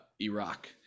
Iraq